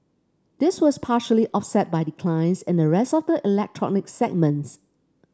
this was partially offset by declines in the rest of the electronic segments